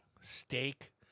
steak